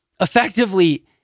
effectively